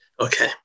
Okay